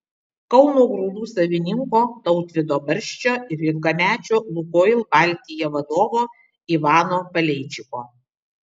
kauno grūdų savininko tautvydo barščio ir ilgamečio lukoil baltija vadovo ivano paleičiko